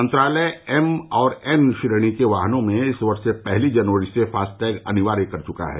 मंत्रालय एम और एन श्रेणी के वाहनों में इस वर्ष पहली जनवरी से फास्टैग अनिवार्य कर चुका है